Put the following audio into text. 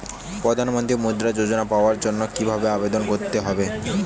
প্রধান মন্ত্রী মুদ্রা যোজনা পাওয়ার জন্য কিভাবে আবেদন করতে হবে?